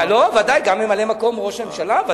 בוודאי, גם לממלא-מקום ראש הממשלה.